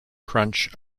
crunch